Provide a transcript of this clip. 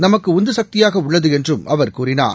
நமக்கு உந்து சக்தியாக உள்ளது என்றும் அவர் கூறினார்